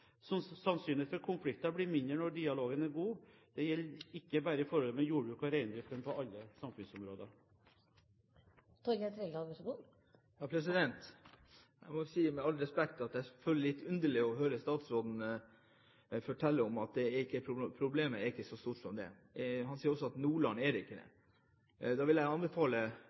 for konflikter blir mindre når dialogen er god. Dette gjelder ikke bare i forholdet mellom jordbruk og reindrift, men på alle samfunnsområder. Jeg må med all respekt si at jeg føler det litt underlig å høre statsråden si at problemet ikke er så stort som det er. Han sier også at det ikke er det i Nordland. Da vil jeg anbefale